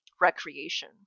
recreation